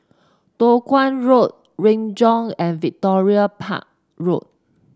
Toh Guan Road Renjong and Victoria Park Road